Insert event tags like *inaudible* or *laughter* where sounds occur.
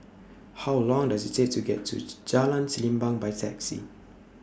How Long Does IT Take to get to *noise* Jalan Sembilang By Taxi